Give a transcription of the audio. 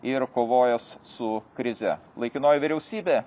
ir kovojęs su krize laikinoji vyriausybė